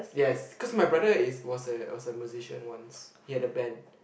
yes cause my brother is was a was a magician once he had a band